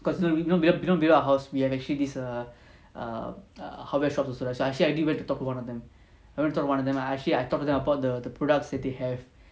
cause you know you know when we build our house we have actually this err err err hardware shops also so I actually went to talk to one of them I went to talk to one of them I actually I talk to them about the the products that they have